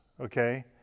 okay